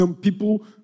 People